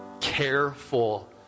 careful